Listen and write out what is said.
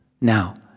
Now